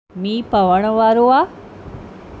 मींहं पवण वारो आहे